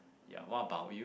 ya what about you